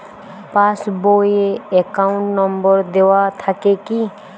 Pass বই এ account number দেওয়া থাকে কি?